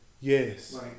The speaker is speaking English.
Yes